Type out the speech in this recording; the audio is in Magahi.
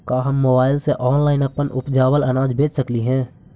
का हम मोबाईल से ऑनलाइन अपन उपजावल अनाज बेच सकली हे?